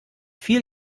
viel